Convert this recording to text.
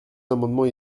amendements